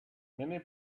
many